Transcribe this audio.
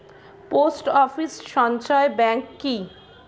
Post office সঞ্চয় bank কি?